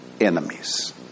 enemies